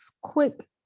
quick